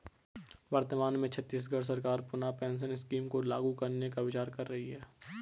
वर्तमान में छत्तीसगढ़ सरकार पुनः पेंशन स्कीम को लागू करने का विचार कर रही है